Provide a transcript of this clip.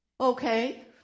Okay